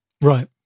right